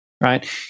Right